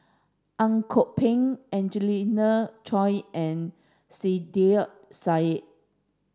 Ang Kok Peng Angelina Choy and Saiedah Said